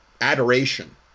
adoration